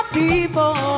people